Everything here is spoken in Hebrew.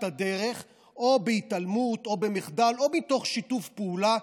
הדרך או בהתעלמות או במחדל או מתוך שיתוף פעולה,